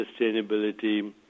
sustainability